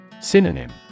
Synonym